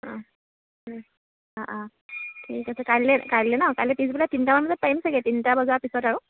অঁ অঁ অহ অঁ ঠিক আছে কাইলৈ ন কাইলৈ পিছবেলালৈ তিনটামান বজাত পাৰিম চাগৈ তিনটা বজাৰ পিছত আৰু